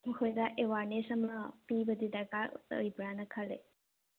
ꯃꯈꯣꯏꯗ ꯑꯦꯋꯥꯔꯅꯦꯁ ꯑꯃ ꯄꯤꯕꯗꯤ ꯗꯔꯀꯥꯔ ꯑꯣꯏꯕ꯭ꯔꯥꯅ ꯈꯜꯂꯦ